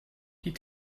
die